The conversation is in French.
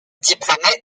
diplômé